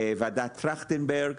וועדת טרכטנברג.